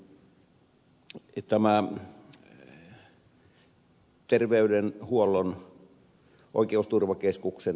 ihan lyhyt kommentti